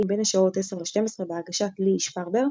בין השעות 1000–1200 בהגשת ליהיא שפרבר.